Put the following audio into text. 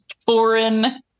Foreign